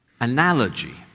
Analogy